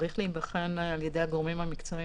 צריך לקחת בחשבון שבכל אירוע כזה יש רק שבת אחת,